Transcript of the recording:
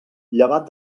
llevat